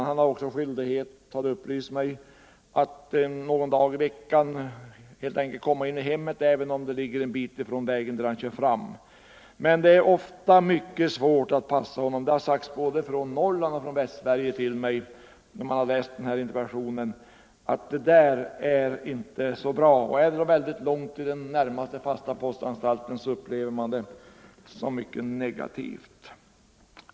Men han har också skyldighet, har det upplysts mig, att någon dag i veckan komma in i hemmet även om det ligger en bit från vägen han kör. Det är ofta mycket svårt att passa honom. Det har man sagt mig i både Norrland och Västsverige sedan man läst denna interpellation - man tycker inte att denna lösning är så bra. Är det då väldigt långt till närmaste fasta postanstalt upplever man det som mycket negativt.